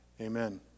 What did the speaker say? Amen